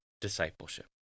discipleship